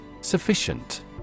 Sufficient